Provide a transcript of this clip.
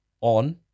on